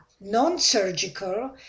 non-surgical